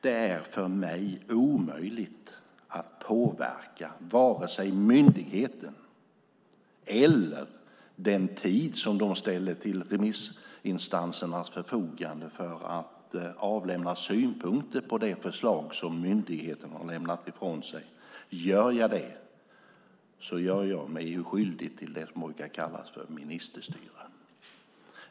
Det är för mig omöjligt att påverka vare sig myndigheten eller den tid de ställer till remissinstansernas förfogande för att avlämna synpunkter på det förslag som myndigheten har lämnat ifrån sig. Gör jag det gör jag mig skyldig till det som brukar kallas ministerstyre.